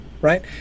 right